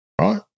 Right